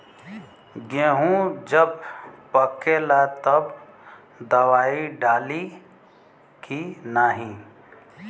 गेहूँ जब पकेला तब दवाई डाली की नाही?